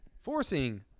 Forcing